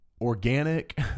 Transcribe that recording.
organic